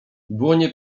dłonie